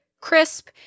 crisp